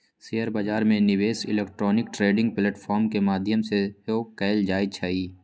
share बजार में निवेश इलेक्ट्रॉनिक ट्रेडिंग प्लेटफॉर्म के माध्यम से सेहो कएल जाइ छइ